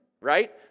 right